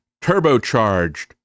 turbocharged